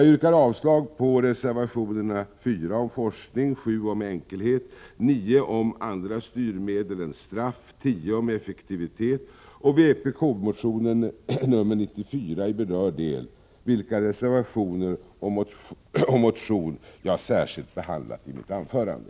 Jag yrkar avslag på reservationerna 4 om forskning, 7 om enkelhet, 9 om andra styrmedel än straff och 10 om effektivitet. Det är de reservationer jag särskilt behandlat i mitt anförande.